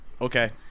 okay